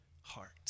heart